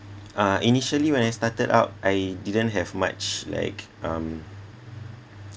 uh initially when I started out I didn't have much like um